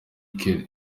kelly